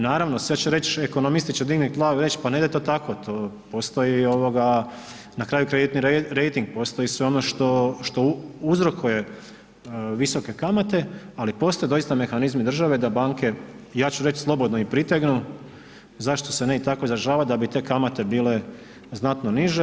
Naravno, sad će reć, ekonomisti će dignut glavu i reći ne ide to tako, to postoji ovoga, na kraju krediti rejting, postoji sve ono što uzrokuje visoke kamate, ali postoje doista mehanizmi države da banke, ja ću reći slobodno i pritegnu zašto se ne i tako izražavat, da bi te kamate bile znatno niže.